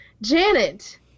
Janet